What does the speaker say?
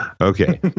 Okay